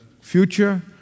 future